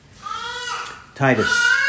Titus